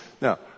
now